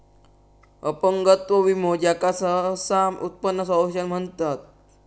अपंगत्व विमो, ज्याका सहसा उत्पन्न संरक्षण म्हणतत